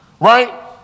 right